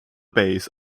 base